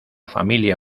familia